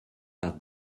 par